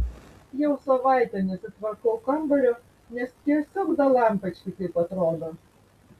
jau savaitę nesitvarkau kambario nes tiesiog dalampački kaip atrodo